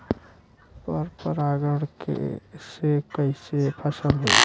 पर परागण से कईसे फसल होई?